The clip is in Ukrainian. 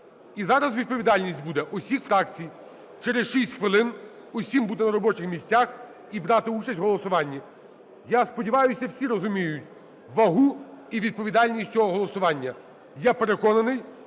І зараз відповідальність буде всіх фракцій, через 6 хвилин усім бути на робочих місцях і брати участь у голосуванні. Я сподіваюся, всі розуміють вагу і відповідальність цього голосування. Я переконаний,